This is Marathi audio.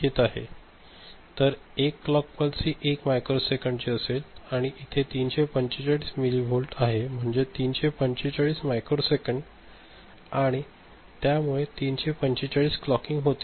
तर एक क्लॉक पल्स हि 1 मायक्रोसेकंद ची असेल आणि इथे 345 मिली वोल्ट आहे म्हणजे 345 मायक्रोसेकंद आणि त्या मुळे 345 क्लॉकिंग होतील